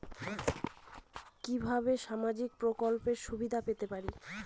কিভাবে সামাজিক প্রকল্পের সুবিধা পেতে পারি?